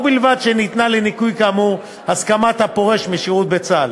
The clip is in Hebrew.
ובלבד שניתנה לניכוי כאמור הסכמת הפורש משירות בצה"ל.